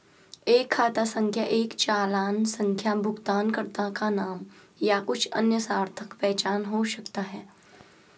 एक खाता संख्या एक चालान संख्या भुगतानकर्ता का नाम या कुछ अन्य सार्थक पहचान हो सकता है